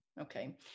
Okay